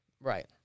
Right